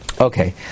Okay